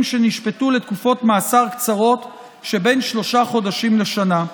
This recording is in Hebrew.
שנשפטו לתקופות מאסר קצרות שבין שלושה חודשים לשנה.